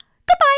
goodbye